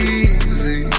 easy